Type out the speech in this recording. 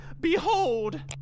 Behold